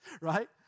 right